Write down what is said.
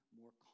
more